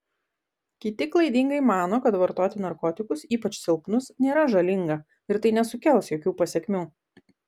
kiti klaidingai mano kad vartoti narkotikus ypač silpnus nėra žalinga ir tai nesukels jokių pasekmių